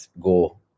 go